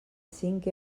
cinc